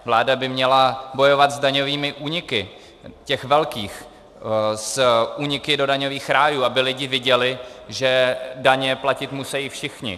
Vláda by měla bojovat s daňovými úniky těch velkých, s úniky do daňových rájů, aby lidi viděli, že daně platit musejí všichni.